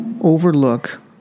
overlook